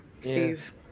Steve